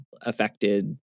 affected